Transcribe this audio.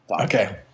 Okay